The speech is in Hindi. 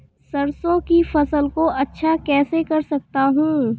सरसो की फसल को अच्छा कैसे कर सकता हूँ?